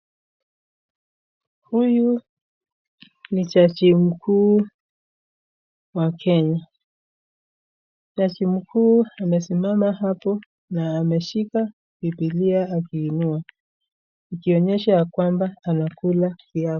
Huyu ni jaji mkuu wa Kenya. Jaji mkuu amesimama hapo na ameshika biblia akiinua. Ukionyesha ya kwamba anakula kiapo.